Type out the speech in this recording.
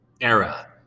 era